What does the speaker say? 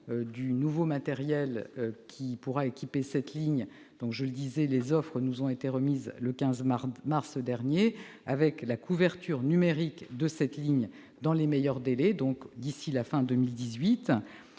du nouveau matériel qui équipera cette ligne. Je le disais, les offres nous ont été remises le 15 mars dernier, avec l'objectif d'une couverture numérique de cette ligne dans les meilleurs délais, donc d'ici à la fin de 2018,